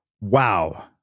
Wow